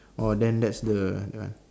oh then that's the that one